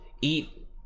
eat